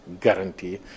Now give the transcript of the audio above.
guarantee